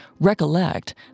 recollect